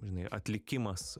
žinai atlikimas